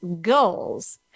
goals